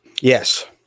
Yes